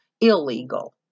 illegal